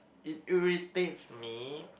it irritates me